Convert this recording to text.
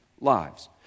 lives